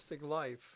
Life